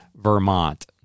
Vermont